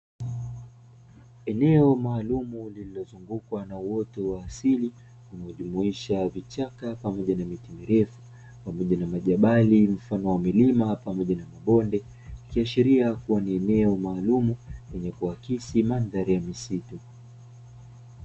Eneo maalumu lililozungukwa na uoto wa asili unaojumuisha vichaka pamoja na miti mirefu, pamoja na majabali mfamo wa milima pamoja na mabonde, ikiashiria kuwa ni eneo maalum lenye kuakisi mandhari ya misitu.